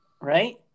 Right